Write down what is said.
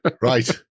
Right